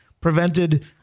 prevented